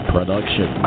Production